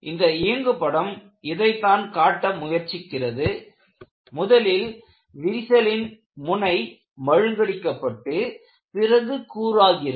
இந்த இயங்குபடம் இதைதான் காட்ட முயற்சிக்கிறது முதலில் விரிசலின் முனை மழுங்கடிக்கப்பட்டு பிறகு கூராகிறது